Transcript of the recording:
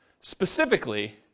specifically